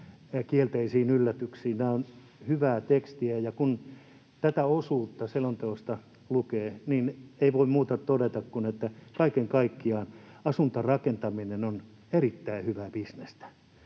kielteisiin yllätyksiin.” Tämä on hyvää tekstiä, ja kun tätä osuutta selonteosta lukee, ei voi muuta todeta kuin että kaiken kaikkiaan asuntorakentaminen on erittäin hyvää bisnestä.